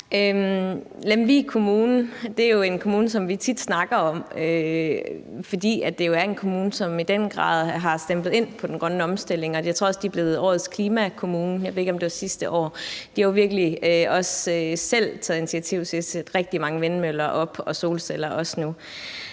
Lemvig Kommune er jo en kommune, som vi tit snakker om, fordi det en kommune, som i den grad har stemplet ind i den grønne omstilling, og jeg tror også, at den er blevet årets klimakommune – jeg ved ikke, om det var sidste år. Og de har virkelig også selv taget initiativ til at sætte rigtig mange vindmøller op og nu også